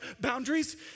boundaries